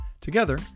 Together